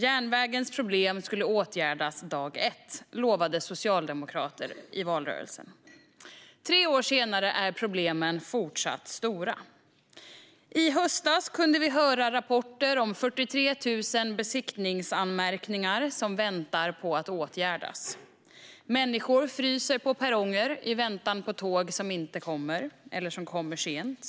Järnvägens problem skulle åtgärdas dag ett, lovade socialdemokrater i valrörelsen. Tre år senare är problemen fortsatt stora. I höstas kunde vi höra rapporter om 43 000 besiktningsanmärkningar som väntar på att åtgärdas. Människor fryser på perronger i väntan på tåg som inte kommer eller som kommer sent.